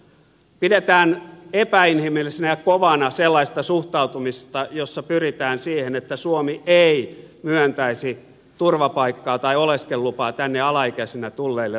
pidetään epäinhimillisenä ja kovana sellaista suhtautumista jossa pyritään siihen että suomi ei myöntäisi turvapaikkaa tai oleskelulupaa tänne alaikäisinä tulleille lapsille